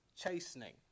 chastening